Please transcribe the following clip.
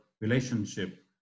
relationship